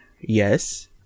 Yes